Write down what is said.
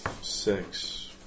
Six